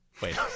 Wait